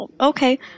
Okay